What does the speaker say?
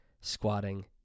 squatting